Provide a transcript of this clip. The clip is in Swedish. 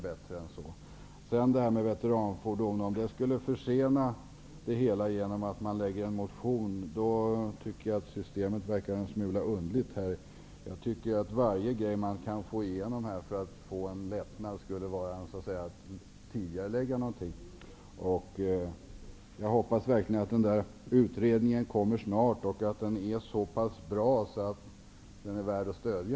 Vad gäller veteranfordon tycker jag att det verkar vara ett underligt system om en motion skulle försena det hela. Varje förslag till lättnad som man kan få igenom borde i stället verka i tidigareläggande riktning. Jag hoppas verkligen att utredningen kommer snart och att den är så pass bra att den är värd att stödja.